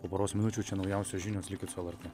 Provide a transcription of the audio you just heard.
po poros minučių čia naujausios žinios likit su lrt